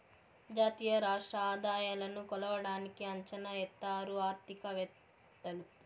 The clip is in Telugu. జాతీయ రాష్ట్ర ఆదాయాలను కొలవడానికి అంచనా ఎత్తారు ఆర్థికవేత్తలు